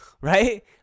Right